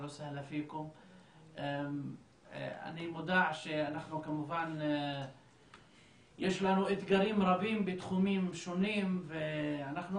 אני מודע לכך שיש לנו אתגרים רבים בתחומים שונים ואנחנו